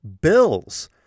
bills